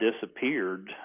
disappeared